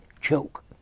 choke